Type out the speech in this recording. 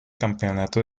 campeonato